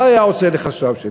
מה הוא היה עושה לחשב שלו?